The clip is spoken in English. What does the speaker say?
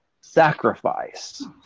sacrifice